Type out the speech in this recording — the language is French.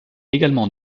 également